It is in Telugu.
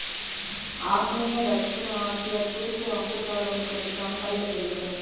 ఆగ్నేయ దక్షిణ ఆసియా తూర్పు ఆఫ్రికాలోని కొన్ని ప్రాంతాల్లో పెరుగుతుంది